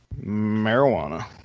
Marijuana